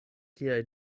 kiaj